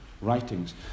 writings